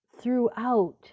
throughout